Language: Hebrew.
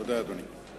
תודה, אדוני.